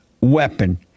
weapon